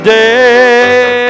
day